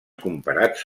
comparats